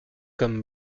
comme